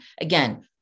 Again